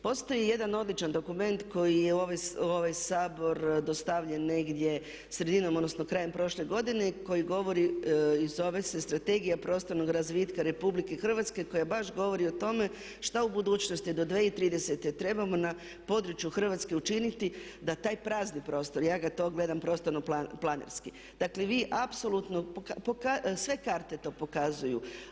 Postoji jedan običan dokument koji je u ovaj Sabor dostavljen negdje sredinom odnosno krajem prošle godine koji govori i zove se Strategija prostornog razvitka Republike Hrvatske koja baš govori o tome što u budućnosti do 2030. trebamo na području Hrvatske učiniti da taj prazni prostor, ja ga gledam prostorno-planski, dakle vi apsolutno, sve karte to pokazuju.